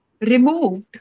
removed